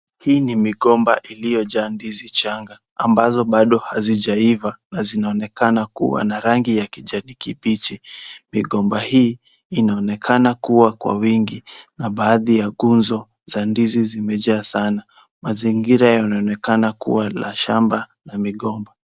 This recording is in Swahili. Hii ni migomba iliyojaa ndizi changa ambazo bado hazijaiva na zinaonekana kuwa na rangi ya kijani kibichi. Migomba hii inaonekana kuwa kwa wingi na baadhi ya gunzo za ndizi zimejaa sana. Mazingira yanaonekana kuwa la shamba ya migomba.